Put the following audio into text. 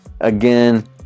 again